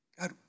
God